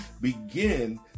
begin